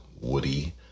Woody